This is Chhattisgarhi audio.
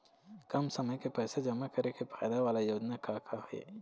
कम समय के पैसे जमा करे के फायदा वाला योजना का का हे?